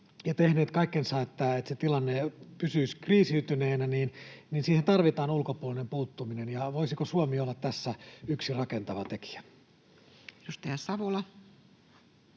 ja tehneet kaikkensa, että se tilanne pysyisi kriisiytyneenä, niin siihen tarvitaan ulkopuolinen puuttuminen. Voisiko Suomi olla tässä yksi rakentava tekijä? [Speech 245]